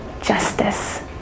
justice